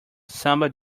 samba